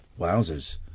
Wowzers